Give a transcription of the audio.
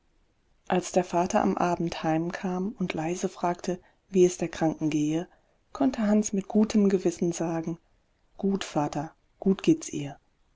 als der vater am abend heimkam und leise fragte wie es der kranken gehe konnte hans mit gutem gewissen sagen gut vater gut geht's ihr